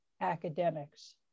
academics